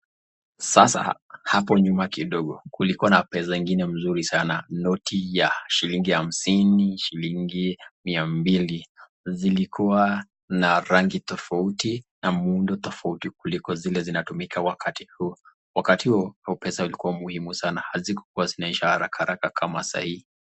Sasa, hapo nyuma kidogo kulikuwa na pesa ingine mzuri sana na noti ya shilingi hamsini, shilingi mia mbili zilikuwa na rangi tofauti na muundo tofauti kuliko zile zinatumika wakati huu. Wakati huo, pesa zilikuwa muhimu sana, hazikuwa zinaisha haraka haraka kama sahii.